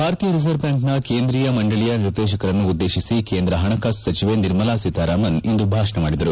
ಭಾರತೀಯ ರಿಸರ್ವ್ ಬ್ಯಾಂಕ್ನ ಕೇಂದ್ರೀಯ ಮಂಡಳಿಯ ನಿರ್ದೇಶಕರನ್ನು ಉದ್ದೇತಿಸಿ ಕೇಂದ್ರ ಹಣಕಾಸು ಸಚಿವೆ ನಿರ್ಮಲಾ ಸೀತಾರಾಮನ್ ಇಂದು ಭಾಷಣ ಮಾಡಿದರು